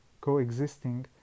coexisting